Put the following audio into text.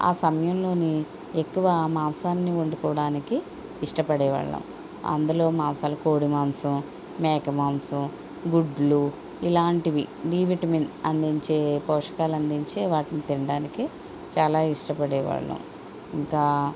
ఆ సమయంలోని ఎక్కువ మాంసాన్ని వండుకోడానికి ఇష్టపడే వాళ్ళం అందులో మాంసాలు కోడి మాంసం మేక మాంసం గుడ్లు ఇలాంటివి డి విటమిన్ అందించే పోషకాలు అందించే వాటిని తినడానికి చాలా ఇష్టపడేవాళ్ళం ఇంకా